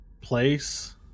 Place